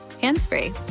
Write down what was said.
hands-free